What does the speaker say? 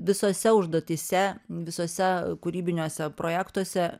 visose užduotyse visuose kūrybiniuose projektuose